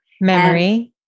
Memory